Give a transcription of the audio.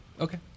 okay